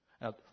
Now